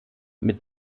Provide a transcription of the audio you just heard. mit